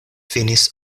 finis